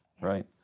right